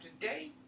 today